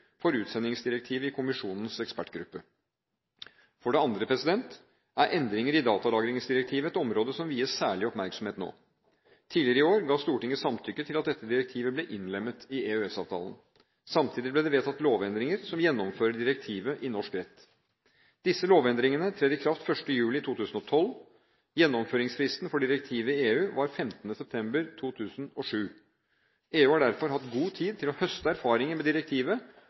for utsendingsdirektivet i kommisjonens ekspertgruppe. For det andre er endringer i datalagringsdirektivet et område som vies særlig oppmerksomhet nå. Tidligere i år ga Stortinget samtykke til at dette direktivet blir innlemmet i EØS-avtalen. Samtidig ble det vedtatt lovendringer som gjennomfører direktivet i norsk rett. Disse lovendringene trer i kraft 1. juli 2012. Gjennomføringsfristen for direktivet i EU var 15. september 2007. EU har derfor hatt god tid til å høste erfaringer med direktivet